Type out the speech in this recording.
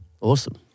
Awesome